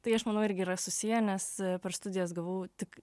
tai aš manau irgi yra susiję nes per studijas gavau tik